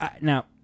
now